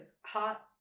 hot